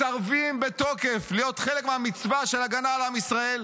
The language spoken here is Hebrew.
מסרבים בתוקף להיות חלק מהמצווה של הגנה על עם ישראל?